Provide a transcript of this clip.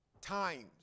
times